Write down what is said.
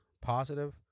positive